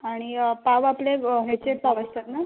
आणि पाव आपले व ह्याचे पाव असतात ना